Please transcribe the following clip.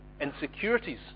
insecurities